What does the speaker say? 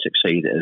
succeed